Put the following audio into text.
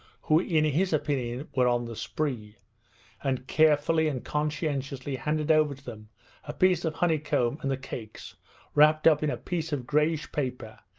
who in his opinion were on the spree and carefully and conscientiously handed over to them a piece of honeycomb and the cakes wrapped up in a piece of greyish paper,